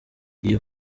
iyo